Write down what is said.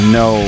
no